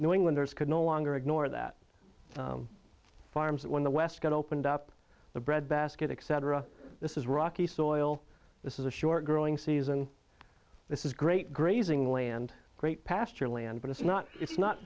new englanders could no longer ignore that farm when the west got opened up the breadbasket except for a this is rocky soil this is a short growing season this is great grazing land great pasture land but it's not it's not